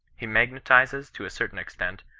he magnetizes, to a certain extent,